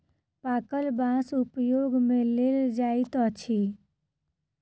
पाकल बाँस उपयोग मे लेल जाइत अछि